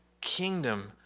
kingdom